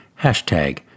hashtag